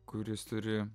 kuris turi